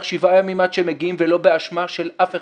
עד שהן מגיעות ולא באשמה של אף אחד,